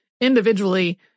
Individually